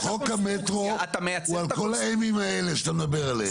חוק המטרו הוא על כל ה-Ms האלה שאתה מדבר עליהם.